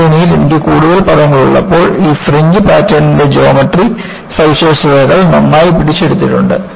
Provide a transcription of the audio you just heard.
ഈ ശ്രേണിയിൽ എനിക്ക് കൂടുതൽ പദങ്ങൾ ഉള്ളപ്പോൾ ഈ ഫ്രിഞ്ച് പാറ്റേണിന്റെ ജോമട്രി സവിശേഷതകൾ നന്നായി പിടിച്ചെടുത്തിട്ടുണ്ട്